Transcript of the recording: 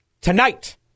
tonight